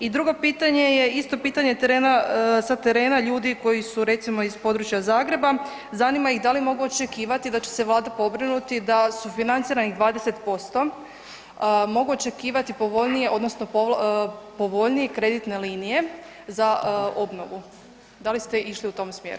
I drugo pitanje je isto pitanje terena, sa terena ljudi koji su recimo iz područja Zagreba, zanima ih da li mogu očekivati da će se vlada pobrinuti da sufinancira ih 20%, mogu očekivati povoljnije odnosno povoljnije kreditne linije za obnovu, da li ste išli u tom smjeru?